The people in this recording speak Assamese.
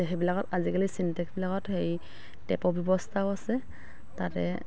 সেইবিলাকত আজিকালি চিনটেক্সবিলাকত হেৰি টেপৰ ব্যৱস্থাও আছে তাতে